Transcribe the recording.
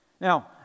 Now